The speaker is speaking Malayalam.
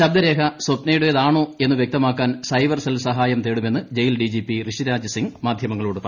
ശബ്ദരേഖ സ്വപ്നയുടേതാണോ എന്നു വ്യക്തമാക്കാൻ സൈബർസെൽ സഹായം തേടുമെന്ന് ജയിൽ ഡിജിപി ഋഷിരാജ് സിംഗ് മാധ്യമങ്ങളോട് പറഞ്ഞു